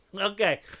Okay